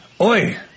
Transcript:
Oi